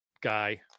guy